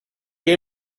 game